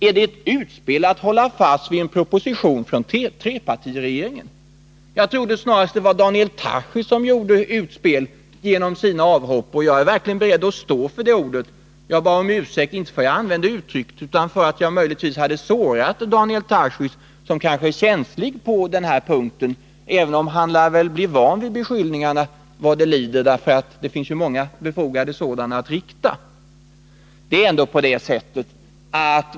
Är det ett utspel att hålla fast vid en proposition som trepartiregeringen lagt fram? Jag trodde snarare att det var Daniel Tarschys som gjorde ett utspel genom sina avhopp, och jag är verkligen beredd att stå för det ordet. Jag bad om ursäkt, inte för att jag använde just det ordet, utan därför att jag trodde att jag möjligtvis hade sårat Daniel Tarschys, som kanske är känslig på den här punkten, även om han väl lär bli van vid beskyllningarna vad det lider; det finns ju många befogade sådana att rikta.